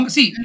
See